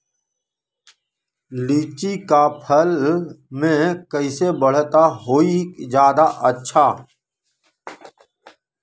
लिचि क फल म कईसे बढ़त होई जादे अच्छा?